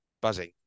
buzzing